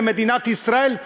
למדינת ישראל,